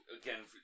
again